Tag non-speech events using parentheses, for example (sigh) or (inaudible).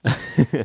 (noise)